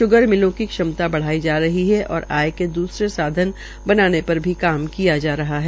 sugar मिलों की क्षमता बढ़ाई जा रही है और आय के द्वसरे साधन पर भी काम किया जा रहा है